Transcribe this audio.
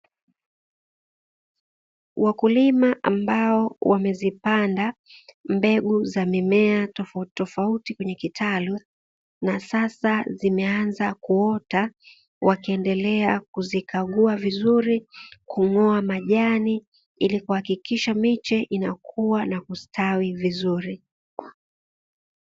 Wakulima ambao wamezipanda mbegu za mimea tofautitofauti kwenye kitalu na sasa zimeanza kuota wakiendelea kuzikagua vizuri, kung’oa majani ili kuhakikisha miche inakua na kustawi vizuri.